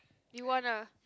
you want ah